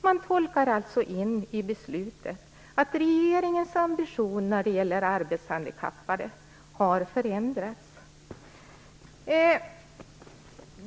Man tolkar alltså in i beslutet att regeringens ambition när det gäller arbetshandikappade har förändrats.